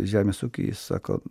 žemės ūkiuijis sako